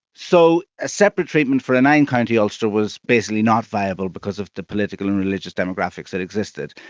so a separate treatment for a nine-county ulster was basically not viable because of the political and religious demographics that existed,